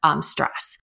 stress